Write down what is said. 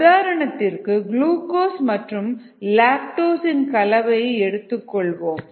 உதாரணத்திற்கு குளுகோஸ் மற்றும் லாக்டோஸ் இன் கலவையை எடுத்துக் கொள்வோம்